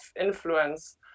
influence